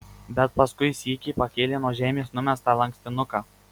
bet paskui sykį pakėlė nuo žemės numestą lankstinuką